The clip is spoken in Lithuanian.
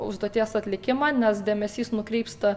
užduoties atlikimą nes dėmesys nukrypsta